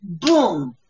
boom